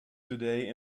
today